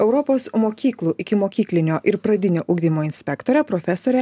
europos mokyklų ikimokyklinio ir pradinio ugdymo inspektorę profesorę